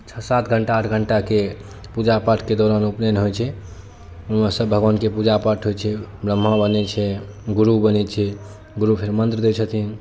छओ सात घण्टा आठ घण्टाके पूजापाठके दौरान उपनयन होइत छै ओहिमे सभ भगवानके पूजापाठ होइत छै ब्रह्मा बनैत छै गुरु बनैत छै गुरु फेर मन्त्र दैत छथिन